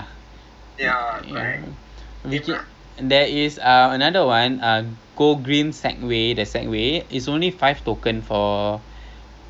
!aiya! I guess not too sure but okay lah we can check there out we can check that out some more I mean we are not paying you know technically it's free so let's just do that